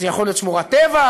זה יכול להיות שמורת טבע,